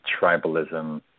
tribalism